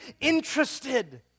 interested